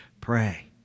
pray